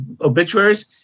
obituaries